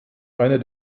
einer